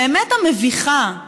באמת המביכה,